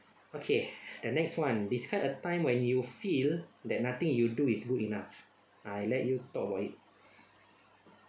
okay the next one discuss a time when you feel that nothing you do is good enough I let you talk about it